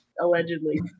Allegedly